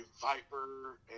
Viper